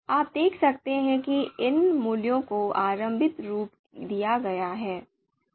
आप देख सकते हैं कि इन मूल्यों को आरंभिक रूप दिया गया है